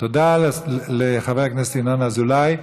תודה לחבר הכנסת ינון אזולאי.